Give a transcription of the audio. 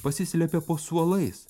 pasislepia po suolais